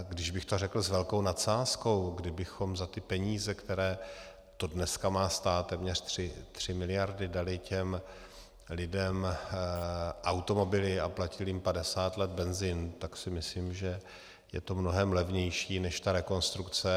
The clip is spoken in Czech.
Když bych to řekl s velkou nadsázkou, kdybychom za ty peníze, které to dneska má stát, téměř tři miliardy, dali těm lidem automobily a platili jim padesát let benzin, tak si myslím, že je to mnohem levnější než ta rekonstrukce.